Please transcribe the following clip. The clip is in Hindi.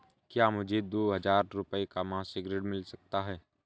क्या मुझे दो हजार रूपए का मासिक ऋण मिल सकता है?